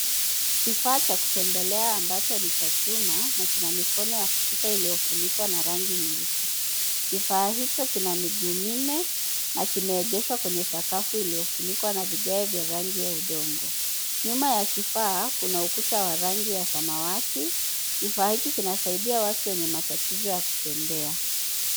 Kifaa cha kutembelea ambacho ni cha chuma, na kina mikono ya kushika iliyofunikwa na rangi nyeusi. Kifaa hicho kina miguu minne, na kimeegeshwa kwenye sakafu iliyofunikwa na vigae vya rangi ya udongo. Nyuma ya kifaa, kuna ukuta wa rangi ya samawati. Kifaa hiki kinasaidia watu wenye matatizo ya kutembea.